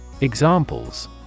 Examples